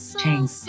change